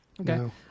Okay